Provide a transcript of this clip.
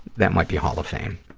that might be hall of fame.